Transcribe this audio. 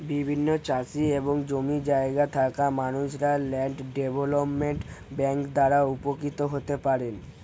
বিভিন্ন চাষি এবং জমি জায়গা থাকা মানুষরা ল্যান্ড ডেভেলপমেন্ট ব্যাংক দ্বারা উপকৃত হতে পারেন